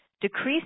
decreased